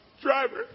driver